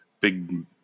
big